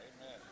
Amen